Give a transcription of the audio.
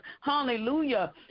hallelujah